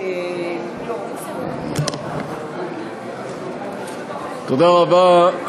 אדוני היושב-ראש, תודה רבה,